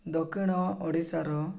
ଦକ୍ଷିଣ ଓଡ଼ିଶାର